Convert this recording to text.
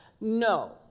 no